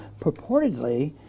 purportedly